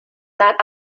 that